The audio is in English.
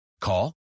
Call